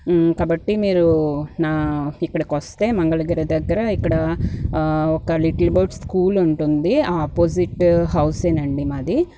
కాబట్టి మీరు నా ఇక్కడకి వస్తే మంగళగిరి దగ్గర ఇక్కడ ఒక లిటిల్ బర్డ్ స్కూల్ ఉంటుంది ఆపోజిట్ హౌస్ ఏ నండి మాది